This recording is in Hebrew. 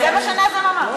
זה מה שנאזם אמר.